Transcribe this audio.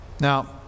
Now